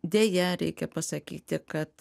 deja reikia pasakyti kad